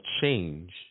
change